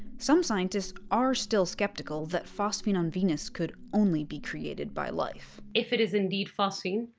some scientists are still skeptical that phosphine on venus could only be created by life. if it is indeed phosphine,